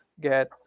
get